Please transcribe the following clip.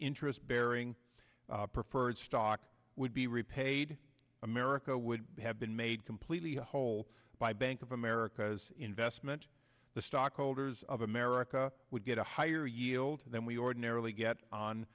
interest bearing preferred stock would be repaid america would have been made completely whole by bank of america as investment the stock holders of america would get a higher yield then we ordinarily get on